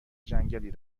جنگلی